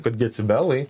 kad decibelai